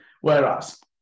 Whereas